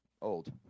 old